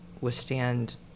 withstand